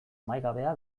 amaigabea